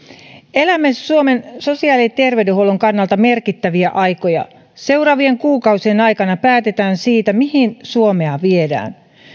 elämme suomen sosiaali ja terveydenhuollon kannalta merkittäviä aikoja seuraavien kuukausien aikana päätetään siitä mihin suomea viedään myös